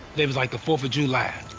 it was like the fourth of july.